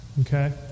Okay